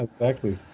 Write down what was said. exactly.